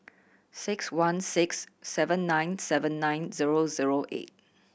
six one six seven nine seven nine zero zero eight